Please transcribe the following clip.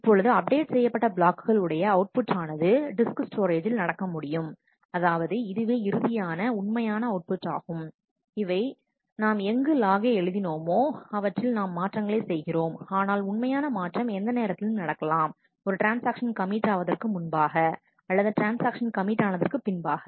இப்பொழுது அப்டேட் செய்யப்பட்ட பிளாக்குகள் உடைய அவுட் புட் ஆனது டிஸ்க் ஸ்டோரேஜ்ஜில் நடக்க முடியும் அதாவது இதுவே இறுதியான உண்மையான அவுட் புட்டாகும் இவை நாம் எங்கு லாகை எழுதினோமோ அவற்றில் நாம் மாற்றங்களை செய்கிறோம் ஆனால் உண்மையான மாற்றம் எந்த நேரத்திலும் நடக்கலாம் ஒரு ட்ரான்ஸ்ஆக்ஷன் கமிட் ஆவதற்கு முன்பாக அல்லது ட்ரான்ஸாக்ஷன் கமிட் ஆனதற்குப் பின்பாக